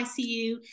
icu